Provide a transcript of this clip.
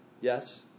yes